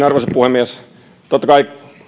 arvoisa puhemies totta kai